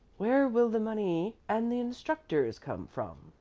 where will the money and the instructors come from?